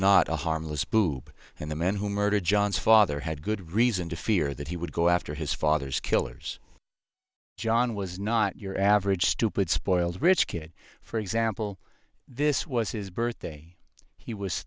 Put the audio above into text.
not a harmless boob and the man who murdered john's father had good reason to fear that he would go after his father's killers john was not your average stupid spoiled rich kid for example this was his birthday he was